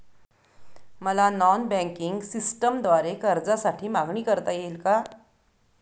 मला non banking सिस्टमद्वारे कर्जासाठी मागणी करता येईल का?